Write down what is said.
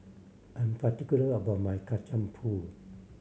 I'm particular about my Kacang Pool